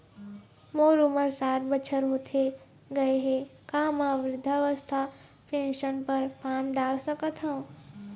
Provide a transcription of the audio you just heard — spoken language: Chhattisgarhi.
मोर उमर साठ बछर होथे गए हे का म वृद्धावस्था पेंशन पर फार्म डाल सकत हंव?